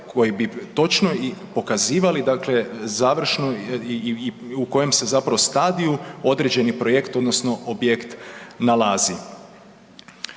koji bi točno pokazivali završno i u kojem su stadiju određeni projekt odnosno objekt nalazi.